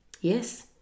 Yes